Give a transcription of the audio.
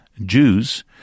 Jews